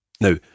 Now